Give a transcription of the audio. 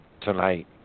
tonight